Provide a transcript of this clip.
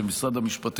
חבר הכנסת שמחה רוטמן,